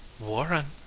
warren,